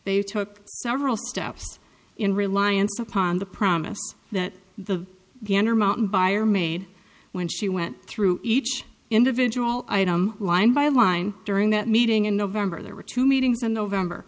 they took several steps in reliance upon the promise that the gander mountain buyer made when she went through each individual item line by line during that meeting in november there were two meetings on november